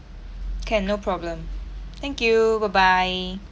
can no problem thank you bye bye